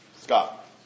Scott